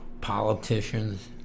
politicians